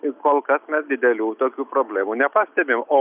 ir kol kas mes didelių tokių problemų nepastebim o